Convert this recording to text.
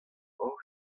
hor